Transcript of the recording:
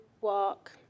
walk